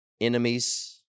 enemies